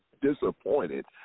disappointed